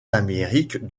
d’amérique